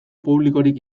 publikorik